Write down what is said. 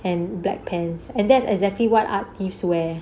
and black pants and that's exactly what art piece wear